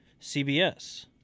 CBS